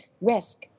risk